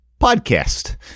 podcast